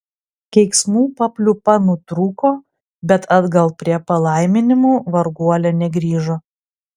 keiksmų papliūpa nutrūko bet atgal prie palaiminimų varguolė negrįžo